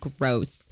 gross